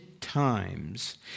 times